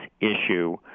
issue